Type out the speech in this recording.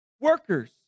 workers